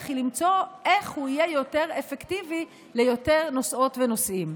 היא למצוא איך הוא יהיה יותר אפקטיבי ליותר נוסעות ונוסעים.